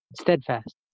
steadfast